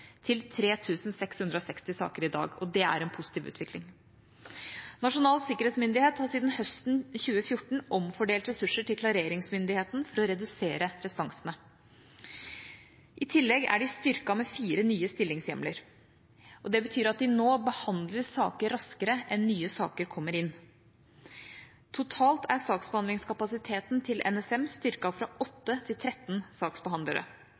3 660 saker i dag. Det er en positiv utvikling. Nasjonal sikkerhetsmyndighet har siden høsten 2014 omfordelt ressurser til klareringsmyndigheten for å redusere restansene. I tillegg er de styrket med fire nye stillingshjemler. Det betyr at de nå behandler saker raskere enn nye saker kommer inn. Totalt er saksbehandlingskapasiteten til NSM styrket fra 8 til 13 saksbehandlere.